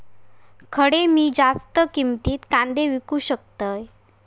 खडे मी जास्त किमतीत कांदे विकू शकतय?